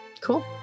Cool